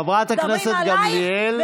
חברת הכנסת גמליאל, משפט לסיום, בבקשה.